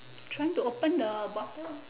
trying to open the bottle hor